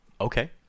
Okay